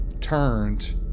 turned